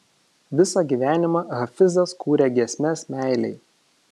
visą gyvenimą hafizas kūrė giesmes meilei